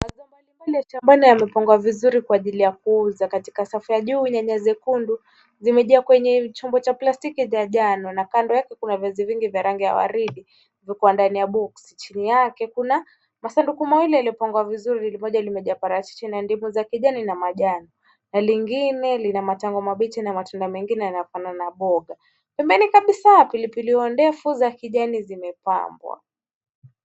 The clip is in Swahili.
Mazao mbalimbali ya shambani yamepangwa vizuri kwa ajili ya kuuza. Katika safu ya juu nyanya zekundu zimejaa kwenye chombo cha plastiki za njano na kando yake kuna viazi vingi vya rangi vya waridi viko ndani ya box . Chini yake kuna masanduku mawili yaliyopangwa vizuri ili moja limejaa parachichi na ndimu za kijani na majani na lingine lina matango mabichi na matunda mengine yanayofanana mboga. Pembeni kabisa pilipili hoho ndefu za kijani zimepambwa.